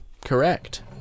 correct